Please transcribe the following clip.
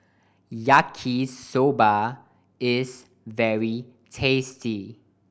Yaki Soba is very tasty